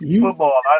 football